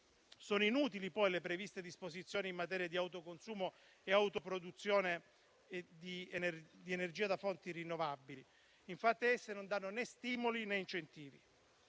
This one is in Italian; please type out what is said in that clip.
poi inutili le previste disposizioni in materia di autoconsumo e autoproduzione di energia da fonti rinnovabili, infatti esse non danno né stimoli, né incentivi.